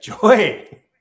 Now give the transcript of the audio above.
joy